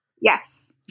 Yes